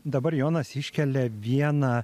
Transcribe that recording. dabar jonas iškelia vieną